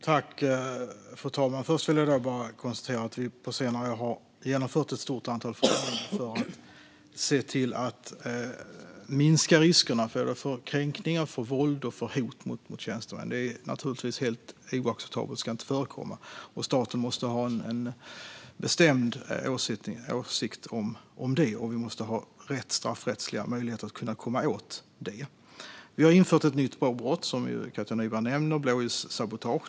Fru talman! Först vill jag bara konstatera att vi på senare år har genomfört ett stort antal åtgärder för att se till att minska riskerna för kränkningar, våld och hot mot tjänstemän. Detta är naturligtvis helt oacceptabelt - det ska inte förekomma. Staten måste ha en bestämd åsikt om det, och vi måste ha rätt straffrättsliga möjligheter att komma åt detta. Vi har infört ett nytt lagbrott, som Katja Nyberg nämner, blåljussabotage.